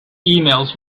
emails